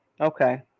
Okay